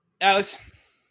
Alex